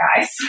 guys